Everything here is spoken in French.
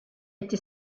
été